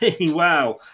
wow